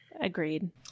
agreed